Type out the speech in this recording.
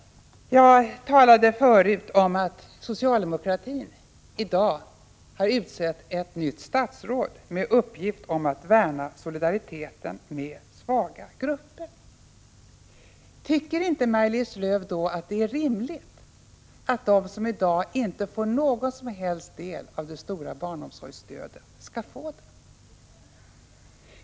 Jag talade förut om att socialdemokraterna i dag har utsett ett nytt statsråd med uppgift att värna solidariteten med svaga grupper. Tycker inte Maj-Lis Lööw i det sammanhanget att det är rimligt att de som i dag inte får någon som helst del av det stora barnomsorgsstödet skall få det?